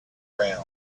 round